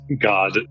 God